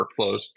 workflows